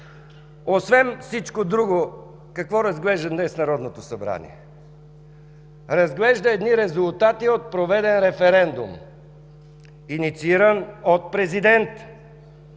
Освен всичко друго, какво разглежда днес Народното събрание? Разглежда резултати от проведен референдум, иницииран от президента.